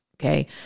okay